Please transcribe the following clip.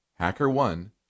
HackerOne